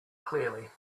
clearly